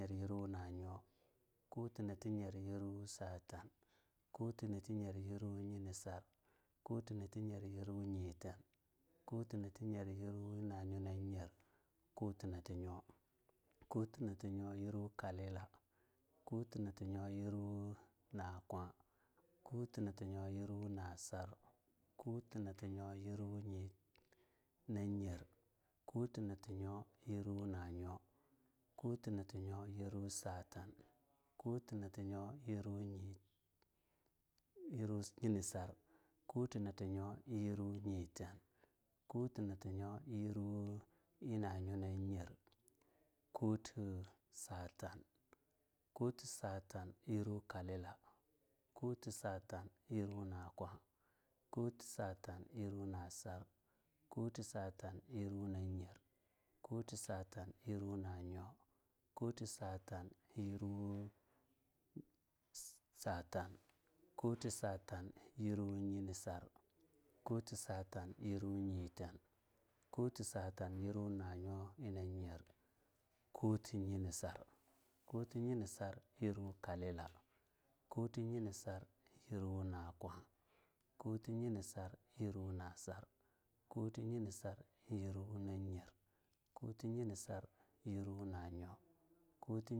Nyer yirwu nyo, kuti nati nyer yirwu nati nyo, kuti nati nyer yirwu satan, kuti nati nyer yirwu yini sar, kuti nati nyer wu nyiten, kuti nati nyer yirwu na nyo na nyer, kuti nati nyo, kuti nati nyo yirwu kalila, kuti nati nyo yirwu nakwa, kuti nati nyo yirwu nasar, kuti nati nyo yirwu nye---yiruw nan yer, kuti nati nyo yirwu na nyo, kuti nati nyo yirwu satan, kuti nati nyo yirwu nye---yilwu nyinisar, kuti nati nyo yirwu nyeten, kuti nati nyo yirwu nanyo na nyer, kuti satan, kuti satan yirwu kalila, kuti satan yirwu nakwa, kuti satan yirwu nasar, kuti satan yirwu nanyer, kuti satan yirwu nanyo, kuti satan yirwu satan, kuti satan yirwu yinisar, kuti satan yirwu nyiten, kuti satan yirwu na nyo na nyer, kuti yinisar, kuti yinisar yirwu kalila, kuti yinisar yirwu nakwa, kuti yinisar yirwu nasar, kuti yinisar yirwu nanyer, kuti yinisar yirwu nanyo, kuti yinisar yirwu satan.